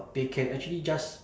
they can actually just